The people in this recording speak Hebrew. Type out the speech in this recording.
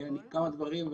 כמה דברים,